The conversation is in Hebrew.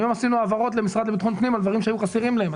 היום עשינו העברות למשרד לביטחון פנים על דברים שהיו חסרים להם.